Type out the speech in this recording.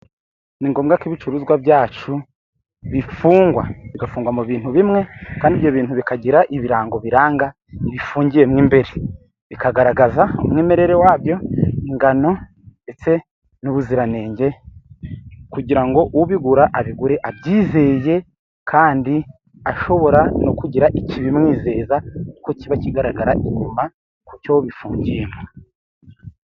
Ni ngombwa ko ibicuruzwa byacu bifungwa, bigafungwa mu bintu bimwe kandi ibyo bintu bikagira ibirango biranga bifungiye mu imbere bikagaragaza umwimerere wabyo ingano ndetse n'ubuziranenge kugira ngo ubibura abigure abyizeye kandi ashobora no kugira ikibimwizeza ko kiba kigaragara inyuma kucyo bifungiyemo.